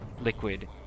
liquid